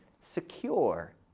secure